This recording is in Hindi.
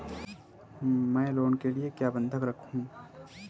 मैं लोन के लिए क्या बंधक रखूं?